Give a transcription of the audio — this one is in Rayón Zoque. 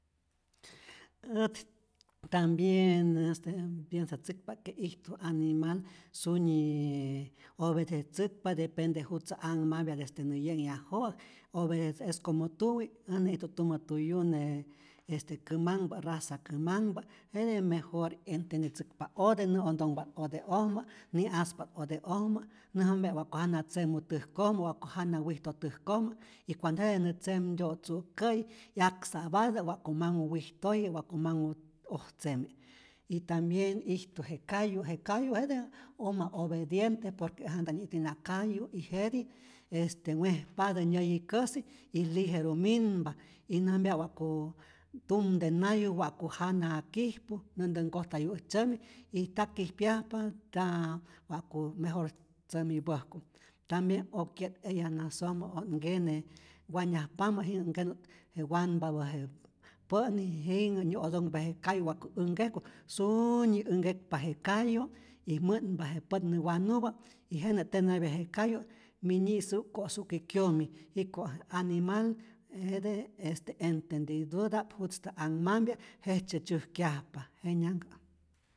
Ät tambien mpiensatzäkpa't que ijtu animal sunyiiii obedecetzäkpa, depende jutzä anhmapya desde nä ye'nhyaju'äk odece, es como tuwi' äj nä'ijtu't tumä tuyune este kämanhpä raza kämanhpä, jete mejor entiendetzäkpa ote, nä'ontonhpa't ode'ojmä, ni'aspa't ode'ojmä, näjampya't wa'ku jana tzemu täjkojmä, wa'ku jana wijto' täjkojmä y cuando jete nä tzemtyo' tzu'kä'yi 'yak sa'patä wa'ku manhu wijtoye, waku manhu ojtzeme y tambien ijtu je kayu', je kayu' jete uma obediente, por que äj janta' nyä'ijtu'ijna kayu' y jetij este wejpatä nyäyikäsi y lijeru minpa y näjampyatä wa'ku tumtenayu wakä jana kijpu näntä nkojtayuäk tzämi y nta kijpyajpa, nta wa'ku mejor tzämipäjku, tambien okye't eya nasojmä o't nkene wanyajpamä, jinhä't nkenu je wanpapä je pä'ni jinhä nyä'otonhpa je kayu wa'ku änhkejku, suuunyi änhkekpa je kayu' y mä'npa je pät nä wanupä y jenä tenapya je kayu' mi nyisu'k ko' su'ki kyomij jiko' animal jete este entendidota'p jutztä anhmampya jejtzye tzyäjkyajpa, jenyanhkä.